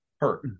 hurt